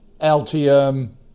Altium